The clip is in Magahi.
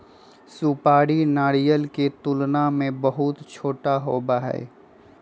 सुपारी नारियल के तुलना में बहुत छोटा होबा हई